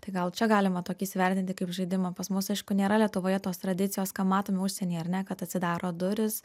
tai gal čia galima tokį įsivertinti kaip žaidimą pas mus aišku nėra lietuvoje tos tradicijos ką matom užsienyje ar ne kad atsidaro durys